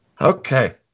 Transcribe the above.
Okay